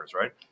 right